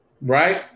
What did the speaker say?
Right